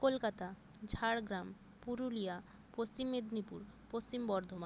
Kolkata Jhargram Purulia Paschim Medinipur Paschim Bardhaman